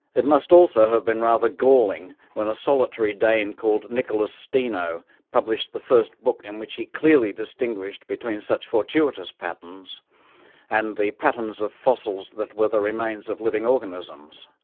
it must also have been rather galling when a solitary dane called nicholas steno published the first book in which he clearly distinguished between such fortuitous patterns and the patterns of fossils that the remains of living organisms.